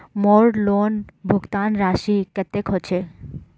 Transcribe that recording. मोर लोन भुगतान राशि कतेक होचए?